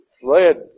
fled